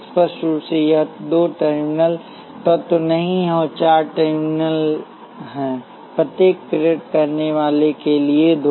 स्पष्ट रूप से यह दो टर्मिनल तत्व नहीं है चार टर्मिनल हैं प्रत्येक प्रेरक करने वाला के लिए दो